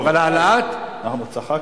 אבל העלאת, אנחנו צחקנו.